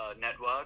network